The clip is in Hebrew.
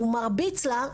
הוא מרביץ לה,